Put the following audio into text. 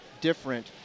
different